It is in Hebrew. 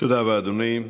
תודה רבה, אדוני.